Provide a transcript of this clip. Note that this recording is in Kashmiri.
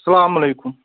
سَلامُ علیکُم